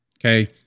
okay